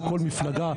כל מפלגה,